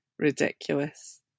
ridiculous